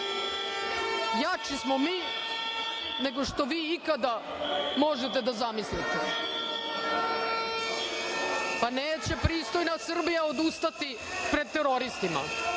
Jači smo mi nego što vi ikada možete da zamislite. Pa, neće pristojna Srbija odustati pred teroristima.